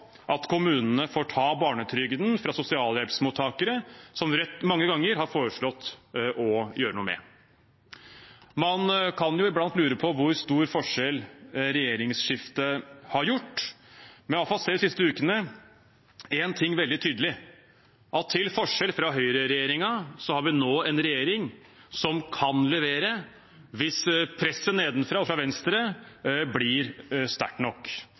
at kommunene får ta barnetrygden fra sosialhjelpsmottakere, noe Rødt mange ganger har foreslått å gjøre noe med. Man kan iblant lure på hvor stor forskjell regjeringsskiftet har utgjort, men vi har i alle fall sett én ting veldig tydelig de siste ukene, og det er at til forskjell fra med høyreregjeringen har vi nå en regjering som kan levere hvis presset nedenfra og fra venstresiden blir sterkt nok.